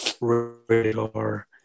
radar